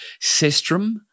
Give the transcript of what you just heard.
Sestrum